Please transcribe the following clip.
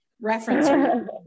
reference